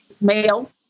male